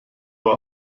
war